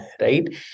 right